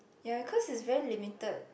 ya because it's very limited